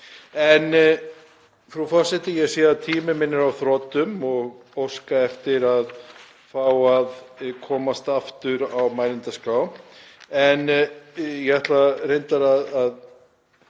Frú forseti. Ég sé að tími minn er á þrotum og óska eftir að fá að komast aftur á mælendaskrá. En ég ætla reyndar að